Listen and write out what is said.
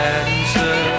answer